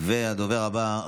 הדובר הבא,